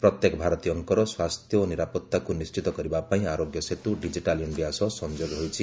ପ୍ରତ୍ୟେକ ଭାରତୀୟଙ୍କର ସ୍ୱାସ୍ଥ୍ୟ ଓ ନିରାପତ୍ତାକୁ ନିର୍ଣ୍ଣିତ କରିବା ପାଇଁ 'ଆରୋଗ୍ୟ ସେତୁ' ଡିକିଟାଲ୍ ଇଣ୍ଡିଆ ସହ ସଂଯୋଗ ହୋଇଛି